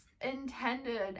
intended